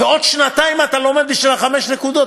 ועוד שנתיים אתה לומד בשביל החמש נקודות.